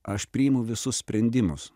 aš priimu visus sprendimus